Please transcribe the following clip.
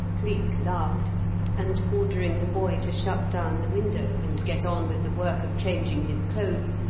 cleek laughed and, ordering the boy to shut down the window and get on with the work of changing his clothes,